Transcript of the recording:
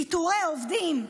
פיטורי עובדים,